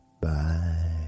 Bye